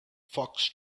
fox